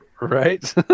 right